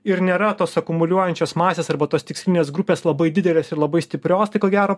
ir nėra tos akumuliuojančios masės arba tos tikslinės grupės labai didelės ir labai stiprios tai ko gero